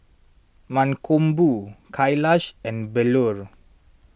Mankombu Kailash and Bellur